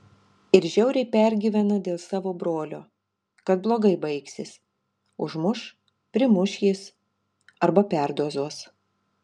ir žiauriai pergyvena dėl savo brolio kad blogai baigsis užmuš primuš jis arba perdozuos